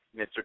Mr